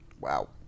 Wow